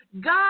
God